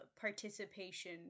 participation